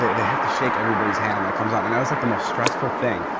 they have to shake everybody's hand that comes on. and that was, like, the most stressful thing,